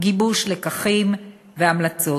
גיבוש לקחים והמלצות.